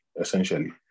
essentially